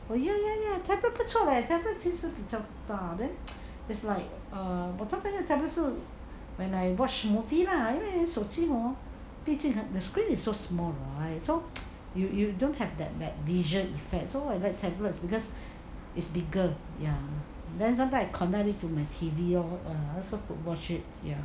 oh ya ya ya tablet 不错 leh tablet 其实比较大 then err there's like err but 我通常用 tablet 是 when I watch movie lah 因为手机 hor 毕竟 the screen is so small so you you don't have that that vision effects so I like tablets because is bigger ya then sometimes I connect it to my T_V lor to watch it ya